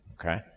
Okay